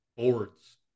Boards